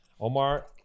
Omar